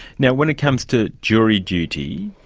now when it comes to jury duty,